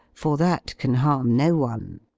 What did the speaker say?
for that can harm no one.